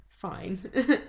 fine